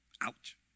Ouch